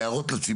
בהערות לציבור?